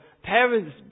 Parents